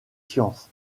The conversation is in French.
sciences